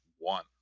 One